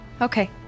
okay